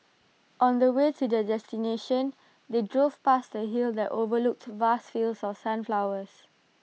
on the way to their destination they drove past A hill that overlooked vast fields of sunflowers